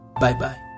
Bye-bye